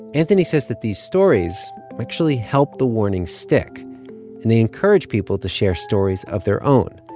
anthony says that these stories actually help the warning stick, and they encourage people to share stories of their own,